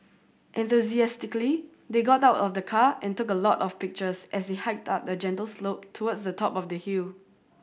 enthusiastically they got out of the car and took a lot of pictures as they hiked up a gentle slope towards the top of the hill